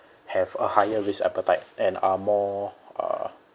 have a higher risk appetite and are more uh